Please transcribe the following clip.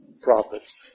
prophets